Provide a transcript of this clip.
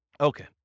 Okay